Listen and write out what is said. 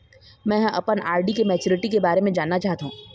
में ह अपन आर.डी के मैच्युरिटी के बारे में जानना चाहथों